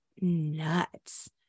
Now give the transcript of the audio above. nuts